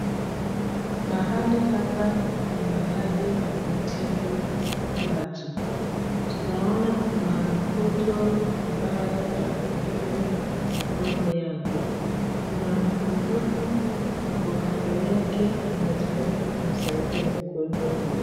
Mahali hapa ni mahali pa kutibu watu. Tunaona kuna mgonjwa ambaye amepimwa mkono yake. Kuna muuguzi ako kando yake anajaribu kumsaidia mgonjwa huyu.